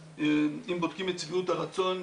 אם בודקים את שביעות הרצון,